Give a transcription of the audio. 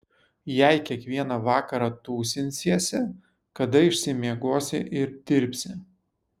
jei kiekvieną vakarą tūsinsiesi kada išsimiegosi ir dirbsi